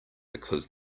because